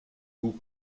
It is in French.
goûts